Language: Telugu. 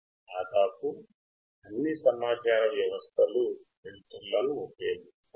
దాదాపు అన్ని సమాచార వ్యవస్థలు ఫిల్టర్లను ఉపయోగిస్తాయి